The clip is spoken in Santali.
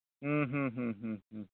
ᱦᱩᱸ ᱦᱩᱸ ᱦᱩᱸ ᱦᱩᱸ ᱦᱩᱸ ᱦᱩᱸ